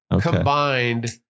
combined